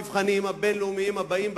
שכבר במבחנים הבין-לאומיים הבאים,